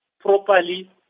properly